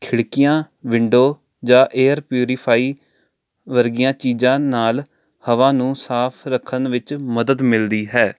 ਖਿੜਕੀਆਂ ਵਿੰਡੋ ਜਾਂ air purify ਵਰਗੀਆਂ ਚੀਜ਼ਾਂ ਨਾਲ ਹਵਾ ਨੂੰ ਸਾਫ਼ ਰੱਖਣ ਵਿੱਚ ਮਦਦ ਮਿਲਦੀ ਹੈ